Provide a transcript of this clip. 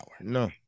No